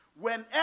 Whenever